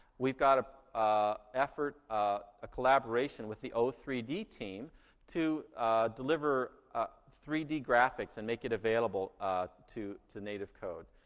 we've got an ah ah effort ah a collaboration with the o three d team to deliver ah three d graphics and make it available to to native code.